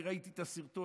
אני ראיתי את הסרטון,